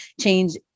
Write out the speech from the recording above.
change